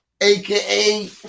AKA